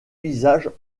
visages